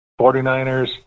49ers